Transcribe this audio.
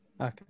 Okay